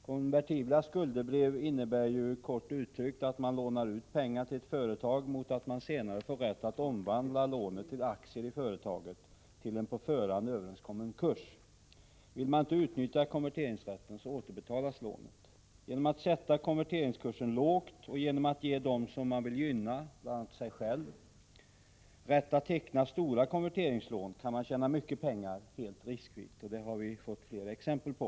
Konvertibla skuldebrev innebär ju i korthet att man lånar ut pengar till ett företag mot att man senare till en på förhand överenskommen kurs får rätt att omvandla lånet till aktier i företaget. Om man inte vill utnyttja konverteringsrätten, återbetalas lånet. Genom att sätta konverteringskursen lågt och genom att ge dem som man vill gynna — bl.a. sig själv — rätt att teckna stora konverteringslån kan man tjäna mycket pengar helt riskfritt. Det visar flera exempel.